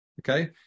okay